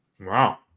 Wow